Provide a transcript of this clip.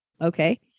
Okay